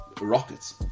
rockets